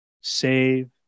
save